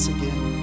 again